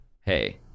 hey